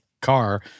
car